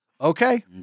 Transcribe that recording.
Okay